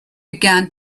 began